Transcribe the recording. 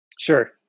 Sure